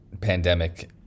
pandemic